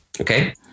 Okay